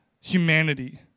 humanity